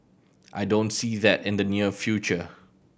I don't see that in the near future